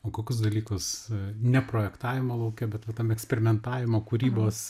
o kokius dalykus ne projektavimo lauke bet va tam eksperimentavimo kūrybos